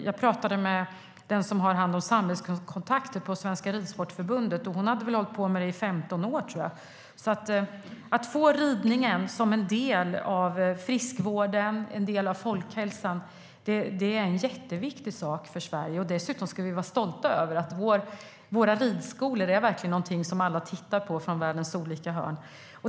Jag pratade med den person som har hand om samhällskontakter på Svenska Ridsportförbundet, och hon hade hållit på med det här i ungefär 15 år. Att få ridningen som en del av friskvården, en del av folkhälsan, är en jätteviktig sak för Sverige. Dessutom ska vi vara stolta över att våra ridskolor verkligen är någonting som man tittar på från världens olika hörn.